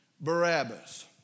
Barabbas